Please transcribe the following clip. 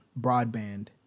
broadband